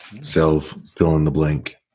Self-fill-in-the-blank